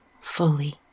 fully